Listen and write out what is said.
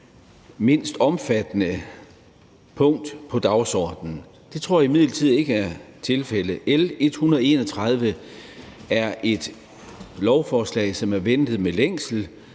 mindst omfattende punkt på dagsordenen. Det tror jeg imidlertid ikke er tilfældet. L 131 er et lovforslag, som er ventet med længsel,